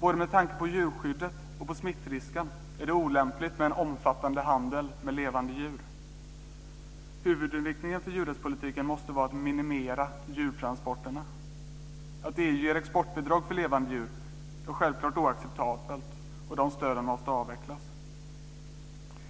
Både med tanke på djurskyddet och på smittrisken är det olämpligt med en omfattande handel med levande djur. Huvudinriktningen för djurrättspolitiken måste vara att minimera djurtransporterna. Att EU ger exportbidrag för levande djur är självklart oacceptabelt, och de stöden måste avvecklas.